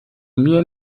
mir